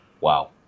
wow